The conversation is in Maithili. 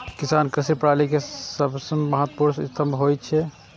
किसान कृषि प्रणाली के सबसं महत्वपूर्ण स्तंभ होइ छै